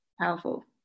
powerful